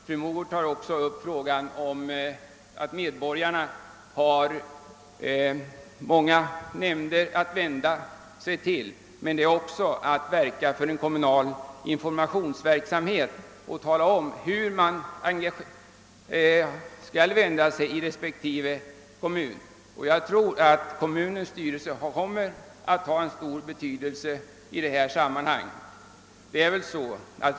Fru Mogård säger också att medborgarna har många nämnder att vända sig till. Men i så fall bör man verka för en kommunal informationsverksamhet som talar om, vart folk skall vända sig i respektive kommun. Jag tror att kommunens styrelse kommer att ha stor betydelse i detta sammanhang.